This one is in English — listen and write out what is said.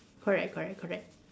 correct correct correct